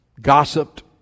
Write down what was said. gossiped